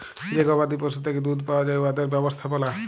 যে গবাদি পশুর থ্যাকে দুহুদ পাউয়া যায় উয়াদের ব্যবস্থাপলা